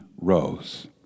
rose